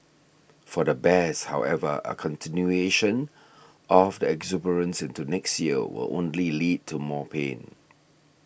for the bears however a continuation of the exuberance into next year will only lead to more pain